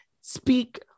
speak